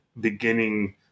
beginning